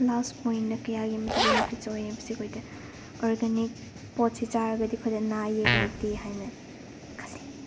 ꯂꯥꯁ point ꯀꯌꯥꯒꯤ ꯃꯇꯤꯛ benefits ꯑꯣꯏ ꯍꯥꯏꯕꯁꯦ ꯑꯩꯈꯣꯏꯗ ꯑꯣꯔꯒꯥꯅꯤꯛ ꯄꯣꯠꯁꯤ ꯆꯥꯔꯕꯗꯤ ꯑꯩꯈꯣꯏꯗ ꯑꯅꯥ ꯑꯌꯦꯛ ꯂꯩꯇꯦ ꯍꯥꯏꯅ ꯈꯜꯂꯤ